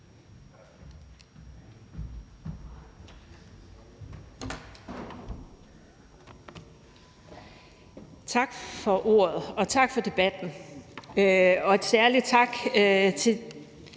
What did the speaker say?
Tak for ordet, og tak for debatten – og en særlig tak til